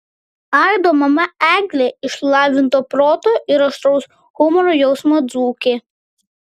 aido mama eglė išlavinto proto ir aštraus humoro jausmo dzūkė